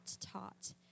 taught